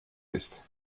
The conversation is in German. ist